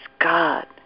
God